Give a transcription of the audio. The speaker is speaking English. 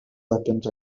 weapons